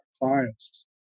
clients